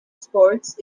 sports